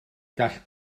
gall